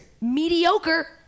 Mediocre